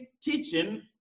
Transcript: teaching